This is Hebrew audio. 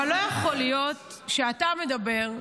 אבל לא יכול להיות שאתה מדבר,